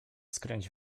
skręć